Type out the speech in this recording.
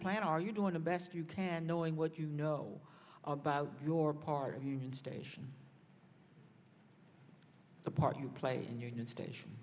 are you doing the best you can knowing what you know about your part of union station the part you play in union station